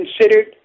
considered